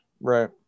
Right